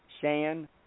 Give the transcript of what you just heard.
Shan